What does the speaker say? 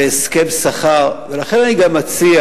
והסכם שכר, ולכן אני גם מציע